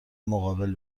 مقابل